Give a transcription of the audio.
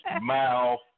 mouth